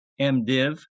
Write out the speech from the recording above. MDiv